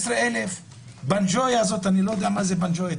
12,000. פאנג'ויה אני לא יודע מה זה פאנג'ויה.